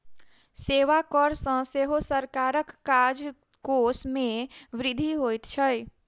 सेवा कर सॅ सेहो सरकारक राजकोष मे वृद्धि होइत छै